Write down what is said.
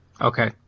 Okay